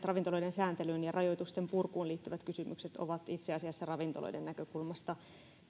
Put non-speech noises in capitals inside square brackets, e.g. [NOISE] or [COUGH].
[UNINTELLIGIBLE] ravintoloiden sääntelyyn ja rajoitusten purkuun liittyvät kysymykset ovat itse asiassa ravintoloiden näkökulmasta